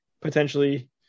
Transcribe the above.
potentially